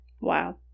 Wow